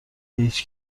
هیچ